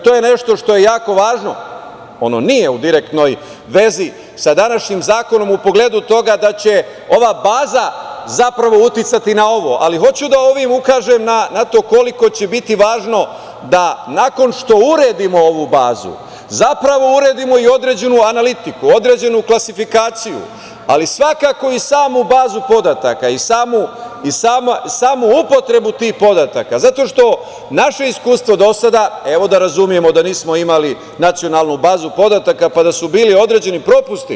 To je nešto što je jako važno, ono nije u direktnoj vezi sa današnjim zakonom u pogledu toga da će ova baza zapravo uticati na ovo, ali hoću da ovim ukažem na to koliko će biti važno da nakon što uredimo ovu bazu, zapravo uredimo i određenu analitiku, određenu klasifikaciju, ali svakako i samu bazu podataka i samu upotrebu tih podataka, zato što naše iskustvo do sada, evo da razumemo da nismo imali nacionalnu bazu podataka, pa da su bili određeni propusti.